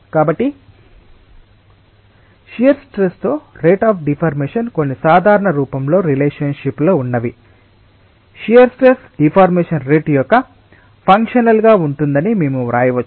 కాబట్టి shear stress తో rate of deformation కొన్ని సాధారణ రూపంలో రిలేషన్ షిప్ లో ఉన్నవి షియర్ స్ట్రెస్ డిఫార్మెషన్ రేటు యొక్క ఫన్క్షనల్ గా ఉంటుందని మేము వ్రాయవచ్చు